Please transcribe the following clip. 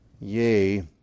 Yea